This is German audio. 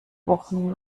wochen